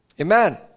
Amen